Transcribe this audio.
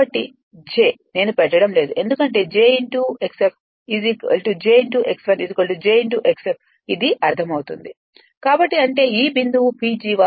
కాబట్టి j నేను పెట్టడం లేదుఎందుకంటే j x1 j x j x f ఇది అర్ధమవుతుంది కాబట్టి అంటే ఈ బిందువు PG